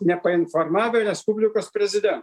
nepainformavę respublikos prezidento